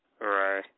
Right